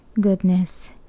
goodness